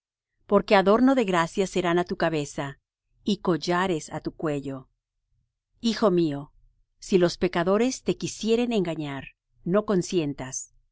porque adorno de gracia serán á tu cabeza y collares á tu cuello hijo mío si los pecadores te quisieren engañar no consientas